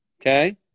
okay